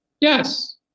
Yes